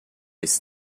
esse